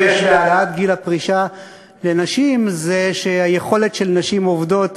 היתרון המסוים שיש בהעלאת גיל הפרישה לנשים הוא היכולת של נשים עובדות